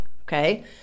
okay